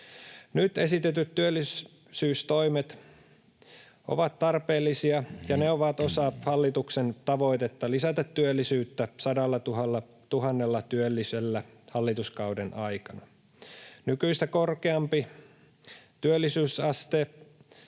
Nyt esitetyt työllisyystoimet ovat tarpeellisia, ja ne ovat osa hallituksen tavoitetta lisätä työllisyyttä 100 000 työllisellä hallituskauden aikana. Nykyistä korkeampi työllisyysaste